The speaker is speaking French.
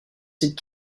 cidre